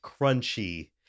crunchy